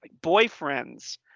boyfriends